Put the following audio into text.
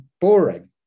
boring